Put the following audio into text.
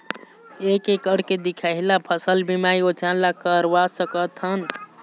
एक एकड़ के दिखाही ला फसल बीमा योजना ला करवा सकथन?